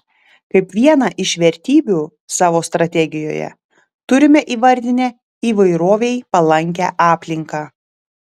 kaip vieną iš vertybių savo strategijoje turime įvardinę įvairovei palankią aplinką